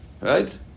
right